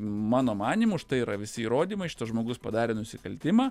mano manymu štai yra visi įrodymai šitas žmogus padarė nusikaltimą